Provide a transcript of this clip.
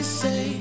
say